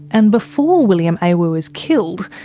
and before william awu is killed,